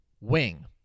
wing